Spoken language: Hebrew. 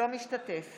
(קוראת בשמות חברי הכנסת) אלי אבידר, אינו משתתף